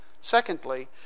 Secondly